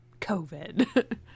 COVID